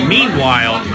Meanwhile